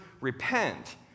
repent